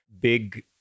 big